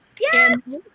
Yes